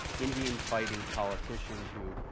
indian fighting politician who,